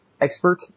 expert